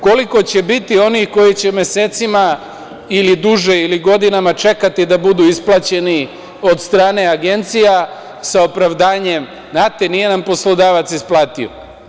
Koliko će biti onih koji će mesecima ili duže ili godinama čekati da budu isplaćeni od strane agencija sa opravdanjem, znate, nije nam poslodavac isplatio.